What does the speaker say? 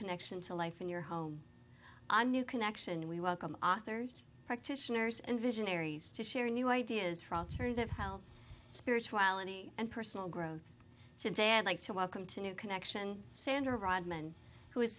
connection to life in your home a new connection we welcome authors practitioners and visionaries to share new ideas for alternative health spirituality and personal growth since then like to welcome to new connection sandra rodman who